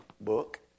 book